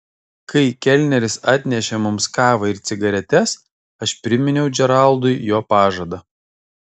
kai kelneris atnešė mums kavą ir cigaretes aš priminiau džeraldui jo pažadą